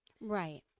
Right